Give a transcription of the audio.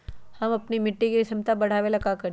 हम अपना मिट्टी के झमता बढ़ाबे ला का करी?